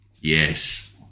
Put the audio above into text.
yes